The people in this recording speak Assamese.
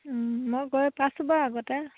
মই গৈ পাছোঁ বাৰু আগতে